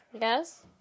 Yes